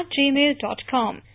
gmail.com